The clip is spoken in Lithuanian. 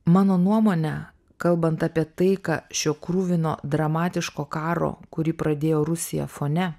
mano nuomone kalbant apie taiką šio kruvino dramatiško karo kurį pradėjo rusija fone